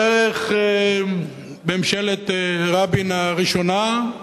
דרך ממשלת רבין הראשונה,